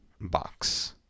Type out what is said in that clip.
box